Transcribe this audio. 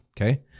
okay